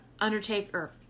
undertaker